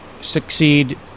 succeed